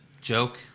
joke